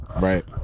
Right